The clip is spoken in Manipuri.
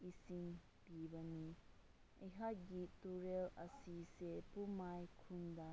ꯏꯁꯤꯡ ꯄꯤꯕꯅꯤ ꯑꯩꯍꯥꯛꯀꯤ ꯇꯨꯔꯦꯜ ꯑꯁꯤꯁꯦ ꯄꯨꯃꯥꯏ ꯈꯨꯟꯗ